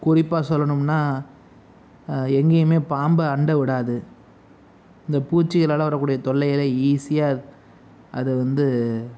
குறிப்பாக சொல்லணும்னால் எங்கேயுமே பாம்பை அண்ட விடாது இந்த பூச்சிகளால் வரக்கூடிய தொல்லைகளை ஈஸியாக அதை வந்து